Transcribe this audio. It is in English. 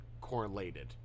correlated